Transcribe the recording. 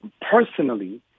personally